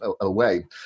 away